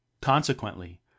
Consequently